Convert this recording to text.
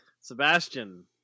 Sebastian